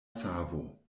savo